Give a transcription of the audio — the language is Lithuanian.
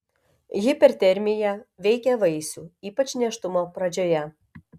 hipertermija veikia vaisių ypač nėštumo pradžioje